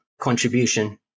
contribution